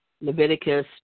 Leviticus